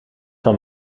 van